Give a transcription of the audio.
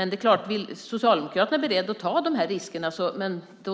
Är ni socialdemokrater beredda att ta de här riskerna tror